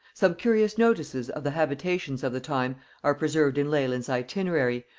some curious notices of the habitations of the time are preserved in leland's itinerary,